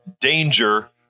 danger